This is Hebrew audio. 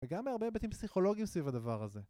וגם בהרבה הבטים פסיכולוגיים סביב הדבר הזה